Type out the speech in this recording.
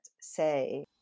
say